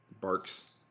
Barks